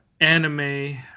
anime